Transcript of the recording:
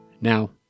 Now